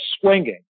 swinging